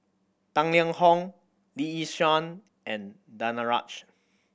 Tang Liang Hong Lee Yi Shyan and Danaraj